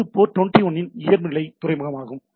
இது போர்ட் 21 இன் இயல்புநிலை துறைமுகமாகும்